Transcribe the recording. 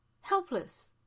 helpless